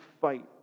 fight